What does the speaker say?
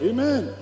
Amen